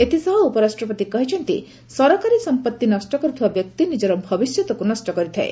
ଏଥିସହ ଉପରାଷ୍ଟ୍ରପତି କହିଛନ୍ତି ସରକାରୀ ସମ୍ପର୍ତ୍ତି ନଷ୍ଟ କରୁଥିବା ବ୍ୟକ୍ତି ନିଜର ଭବିଷ୍ୟତକୁ ନଷ୍ଟ କରିଥାଏ